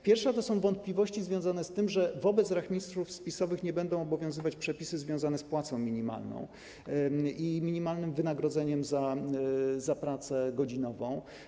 Pierwsza to wątpliwości związane z tym, że wobec rachmistrzów spisowych nie będą obowiązywać przepisy związane z płacą minimalną i minimalnym wynagrodzeniem za pracę godzinową.